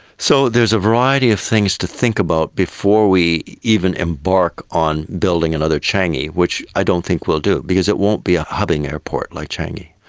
so there's a variety of things to think about before we even embark on building another changi, which i don't think we'll do because it won't be a hubbing airport like changi.